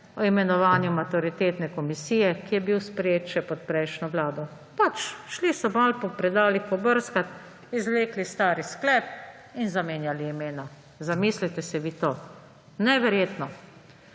o imenovanju maturitetne komisije, ki je bil sprejet še pod prejšnjo vlado, pač šli so malo po predalih prebrskat, izvlekli stari sklep in zamenjali imena. Zamislite si vi to, neverjetno!